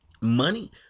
Money